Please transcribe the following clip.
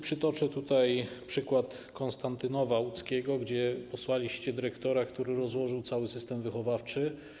Przytoczę tutaj przykład Konstantynowa Łódzkiego, gdzie posłaliście dyrektora, który rozłożył cały system wychowawczy.